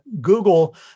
Google